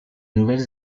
nouvelle